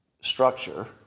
structure